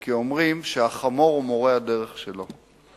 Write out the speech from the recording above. כי אומרים שהחמור הוא מורה הדרך שלו.